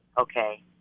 Okay